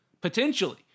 potentially